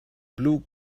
blue